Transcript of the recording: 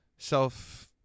self